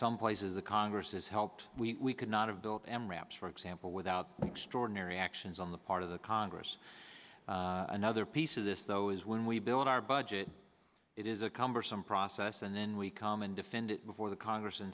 some places the congress has helped we could not have built and wraps for example without extraordinary actions on the part of the congress another piece of this though is when we build our budget it is a cumbersome process and then we come and defend it before the congress and